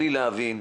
בלי להבין: